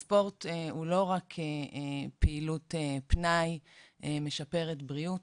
הספורט הוא לא רק פעילות פנאי משפרת בריאות.